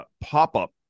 pop-up